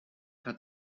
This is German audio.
hat